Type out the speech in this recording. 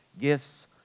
gifts